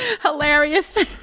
Hilarious